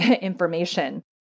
information